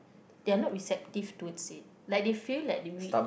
they are not receptive towards it like they feel like